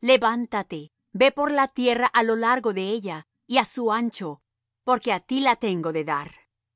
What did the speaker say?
levántate ve por la tierra á lo largo de ella y á su ancho porque á ti la tengo de dar